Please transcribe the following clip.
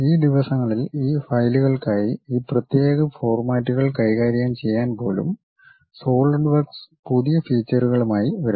ഈ ദിവസങ്ങളിൽ ഈ ഫയലുകൾക്കായി ഈ പ്രത്യേക ഫോർമാറ്റുകൾ കൈകാര്യം ചെയ്യാൻ പോലും സോളിഡ് വർക്ക്സ് പുതിയ ഫീച്ചർകളുമായി വരുന്നു